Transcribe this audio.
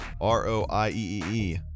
R-O-I-E-E